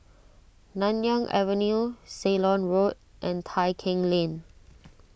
Nanyang Avenue Ceylon Road and Tai Keng Lane